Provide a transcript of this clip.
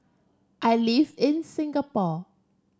I live in Singapore